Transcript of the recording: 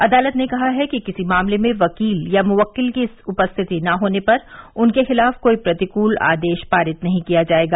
अदालत ने कहा है कि किसी मामले में वकील या मुवक्किल की उपस्थिति न होने पर उनके खिलाफ कोई प्रतिकूल आदेश पारित नहीं किया जायेगा